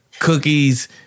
Cookies